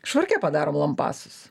švarke padarom lampasus